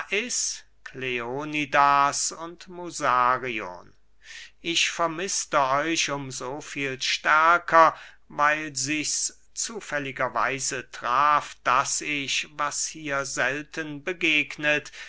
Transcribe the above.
kleonidas und musarion ich vermißte euch um so viel stärker weil sichs zufälliger weise traf daß ich was hier selten begegnet